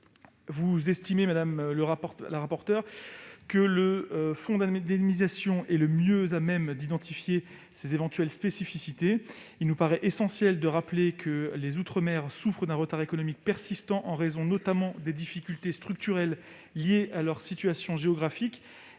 vous, madame la rapporteure, le fonds d'indemnisation est mieux à même d'identifier ces particularités. Il nous paraît essentiel de le rappeler, les outre-mer souffrent d'un retard économique persistant en raison, notamment, des difficultés structurelles liées à leur situation géographique